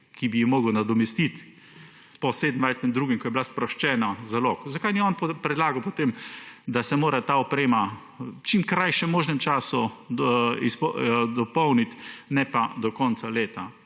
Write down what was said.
ki bi jo moral nadomestiti po 27. 2., ko je bila sproščena zalog. Zakaj ni on predlagal potem, da se mora ta oprema v čim krajšem možnem času dopolniti, ne pa do konca leta?